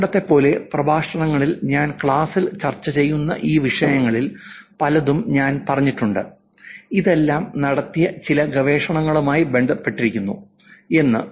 പണ്ടത്തെപ്പോലെ പ്രഭാഷണങ്ങളിൽ ഞാൻ ക്ലാസ്സിൽ ചർച്ച ചെയ്യുന്ന ഈ വിഷയങ്ങളിൽ പലതും ഞാൻ പറഞ്ഞിട്ടുണ്ട് ഇതെല്ലാം നടത്തിയ ചില ഗവേഷണങ്ങളുമായി ബന്ധപ്പെട്ടിരിക്കുന്നു എന്ന്